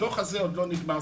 הדו"ח הזה עוד לא נגמר.